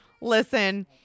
listen